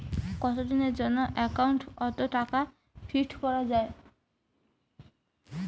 কতদিনের জন্যে একাউন্ট ওত টাকা ফিক্সড করা যায়?